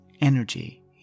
energy